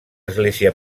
església